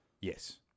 yes